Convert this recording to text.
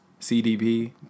CDB